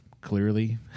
clearly